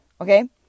Okay